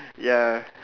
ya